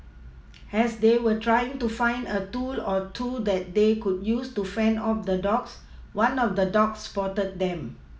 has they were trying to find a tool or two that they could use to fend off the dogs one of the dogs spotted them